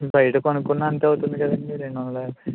బయట కొనుక్కున్నా అంతే అవుతుంది కదండీ రెండు వందల యాభై